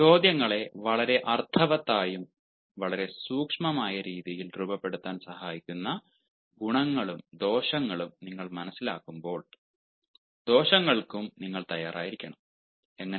ചോദ്യങ്ങളെ വളരെ അർത്ഥവത്തായതും വളരെ സൂക്ഷ്മവുമായ രീതിയിൽ രൂപപ്പെടുത്താൻ സഹായിക്കുന്ന ഗുണങ്ങളും ദോഷങ്ങളും നിങ്ങൾ മനസിലാക്കുമ്പോൾ ദോഷങ്ങൾക്കും നിങ്ങൾ തയ്യാറായിരിക്കണം എങ്ങനെ